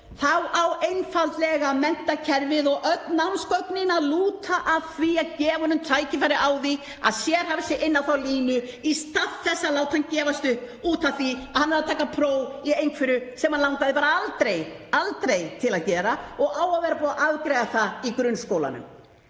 þá á einfaldlega menntakerfið og öll námsgögnin að gefa honum tækifæri á því að sérhæfa sig inn á þá línu í stað þess að láta hann gefast upp af því að hann þarf að taka próf í einhverju sem hann langaði bara aldrei til að gera og á að vera búið að afgreiða í grunnskólanum.